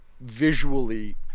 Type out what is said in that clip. visually